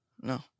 No